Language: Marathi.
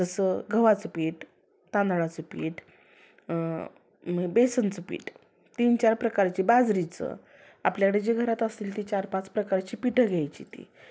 तसं गव्हाचं पीठ तांदळाचं पीठ बेसनचं पीठ तीनचार प्रकारचे बाजरीचं आपल्याकडे जे घरात असतील ते चारपाच प्रकारची पिठं घ्यायची ती